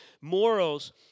morals